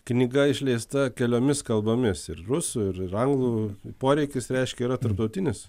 knyga išleista keliomis kalbomis ir rusų ir ir anglų poreikis reiškia yra tarptautinis